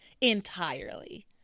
entirely